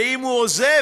ואם הוא עוזב,